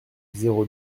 zéro